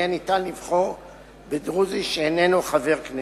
יהיה אפשר לבחור בדרוזי שאינו חבר כנסת.